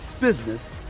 business